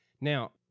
Now